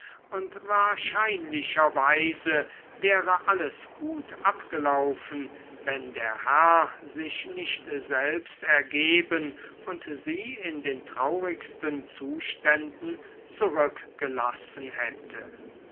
und wahrscheinlicherweise wäre alles gut abgelaufen wenn der herr sich nicht selbst ergeben und sie in den traurigsten zuständen zurückgelassen hätte